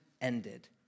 ended